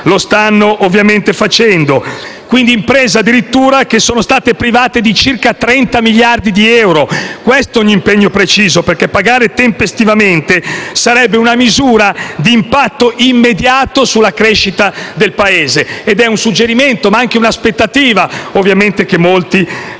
lo stanno già facendo. Ci sono imprese che addirittura sono state private di circa 30 miliardi di euro. Questo è un impegno preciso, perché pagare tempestivamente sarebbe una misura di impatto immediato sulla crescita del Paese. È un suggerimento che diamo, ma è anche un'aspettativa che ovviamente molti